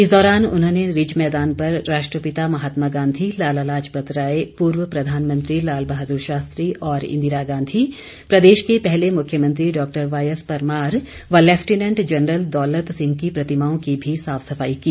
इस दौरान उन्होंने रिज मैदान पर राष्ट्रपिता महात्मा गांधी लाला लाजपतराय पूर्व प्रधानमंत्री लाल बहाद्र शास्त्री और इंदिरा गांधी प्रदेश के पहले मुख्यमंत्री डॉक्टर वाईएस परमार व लैफिटनेंट जनरल दौलत सिंह की प्रतिमाओं की भी साफ सफाई की